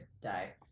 Die